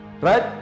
right